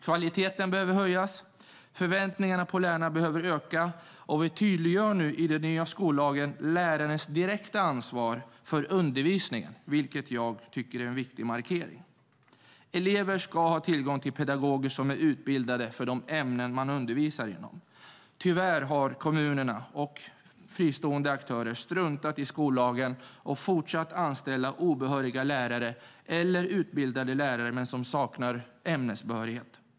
Kvaliteten behöver höjas och förväntningarna på lärarna öka. I nya skollagen tydliggör vi lärarens direkta ansvar för undervisningen, vilket jag tycker är en viktig markering. Elever ska ha tillgång till pedagoger som är utbildade för de ämnen de undervisar i. Tyvärr har kommunerna och fristående aktörer struntat i skollagen och fortsatt anställa obehöriga lärare eller utbildade lärare som saknar ämnesbehörighet.